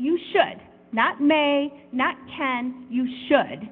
you should not may not can you should